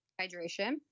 hydration